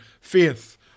faith